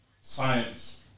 science